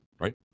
right